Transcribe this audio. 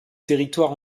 territoires